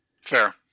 fair